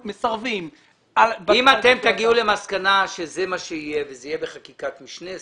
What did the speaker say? אם אתם תגיעו למסקנה שזה מה שיהיה וזה יהיה בחקיקת משנה,